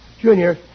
Junior